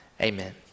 Amen